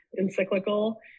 encyclical